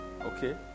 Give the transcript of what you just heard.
Okay